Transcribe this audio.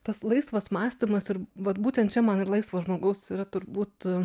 tas laisvas mąstymas ir vat būtent čia man ir laisvo žmogaus yra turbūt